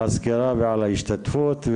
על הסקירה ועל ההשתתפות,